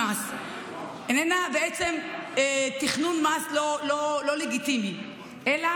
איננה בעצם תכנון מס לא לגיטימי אלא